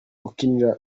ukinira